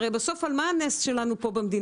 הרי בסוף, על מה נשען הנס שלנו כאן במדינה?